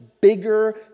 bigger